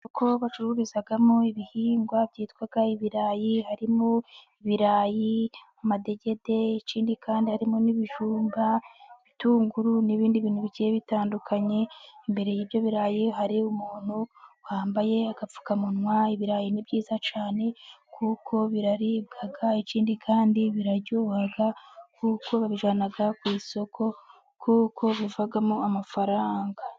Isoko bacururizamo ibihingwa byitwa ibirayi, harimo ibirayi, amadegede ikindi kandi harimo n'ibijumba, ibitunguru n'ibindi bintu bigiye bitandukanye, imbere y'ibyo birarayi hari umuntu wambaye agapfukamunwa, ibirayi ni byiza cyane kuko biraribwa, ikindi kandi biraryoha kuko babijyana ku isoko, kuko bivamo amafaranga.